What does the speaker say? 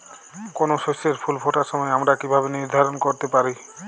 কোনো শস্যের ফুল ফোটার সময় আমরা কীভাবে নির্ধারন করতে পারি?